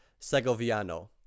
Segoviano